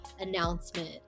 announcement